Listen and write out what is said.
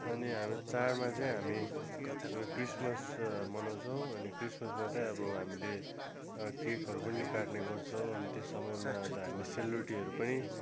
अनि हामी चाडमा चाहिँ हामीहरू क्रिसमस मनाउँछौँ अनि क्रिसमसमा चाहिँ अब हामीले केकहरू पनि काट्ने गर्छौँ अनि त्यो समयमा अन्त हामी सेलरोटीहरू पनि